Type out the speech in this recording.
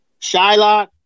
Shylock